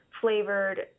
flavored